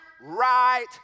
right